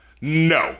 No